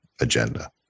agenda